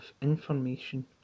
information